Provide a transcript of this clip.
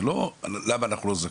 זה לא למה אנחנו לא זכאים,